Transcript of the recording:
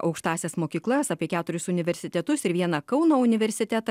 aukštąsias mokyklas apie keturis universitetus ir vieną kauno universitetą